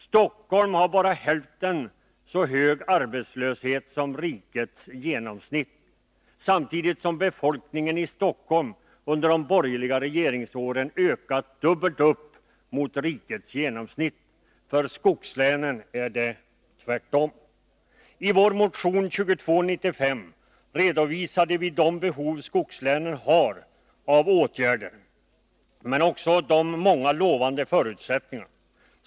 Stockholm har bara hälften så hög arbetslöshet som rikets genomsnitt samtidigt som befolkningen i Stockholm under de borgerliga regeringsåren ökat dubbelt mer än vad som är genomsnittligt för riket. För skogslänen är förhållandet det motsatta. I vår motion 2295 redovisade vi skogslänens behov av åtgärder, men också de många lovande förutsättningarna.